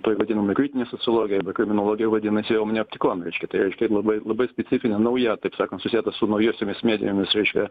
tuoj vadiname kritine sociologija kriminologijoj vadinasi jau neaptikom reiškia tai reiškia labai labai specifinę nauja taip sakant susietą su naujosiomis medijomis reiškia